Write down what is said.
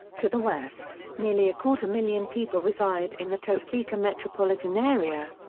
to the west, nearly a quarter million people reside in the topeka metropolitan area.